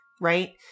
Right